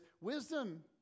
wisdom